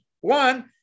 One